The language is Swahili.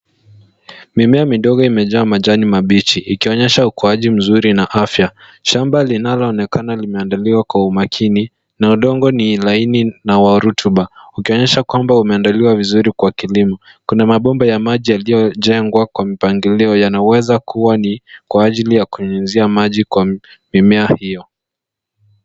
Mimea midogo imejaa majani mabichi ikionyesha ukuaji mzuri na afya. Shamba linaloonekana limeandaliwa kwa umakini na udongo ni laini na wa rutuba ukionyesha kwamba umeandaliwa vizuri kwa kilimo. Kuna mabomba ya maji yaliyojengwa kwa mpangilio yanaweza kuwa ni kwa ajili ya kunyunyuzia maji kwa mimea hiyo.